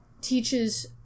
teaches